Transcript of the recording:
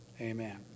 amen